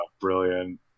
brilliant